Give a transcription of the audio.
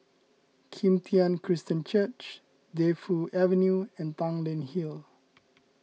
Kim Tian Christian Church Defu Avenue and Tanglin Hill